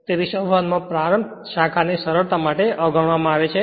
તેથી શરૂઆતમાં પ્રારંભ શાખા ને સરળતા માટે અવગણવામાં આવે છે